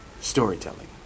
storytelling